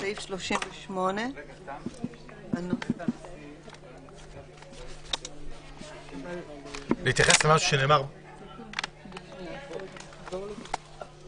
בסעיף 38. אנחנו בסעיף 38. במסמך שעבדנו איתו בישיבה הקודמת.